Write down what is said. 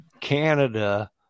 Canada